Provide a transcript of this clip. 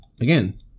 again